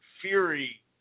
Fury